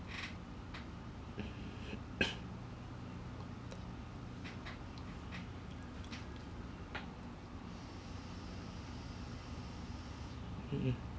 mm mm